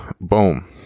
Boom